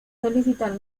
solicitar